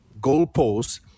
goalposts